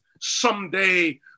someday